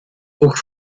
trug